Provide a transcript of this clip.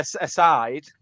aside